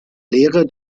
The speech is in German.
lehre